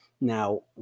now